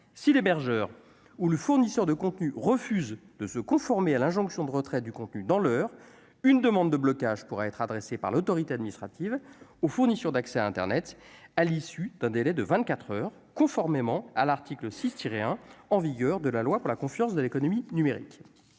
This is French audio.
si l'hébergeur ou le fournisseur de contenus, refuse de se conformer à l'injonction de retrait du contenu dans l'heure, une demande de blocage pourrait être adressée par l'autorité administrative au fournisseur d'accès à Internet, à l'issue d'un délai de 24 heures conformément à l'article 6 tirer hein en vigueur de la loi pour la confiance de l'économie numérique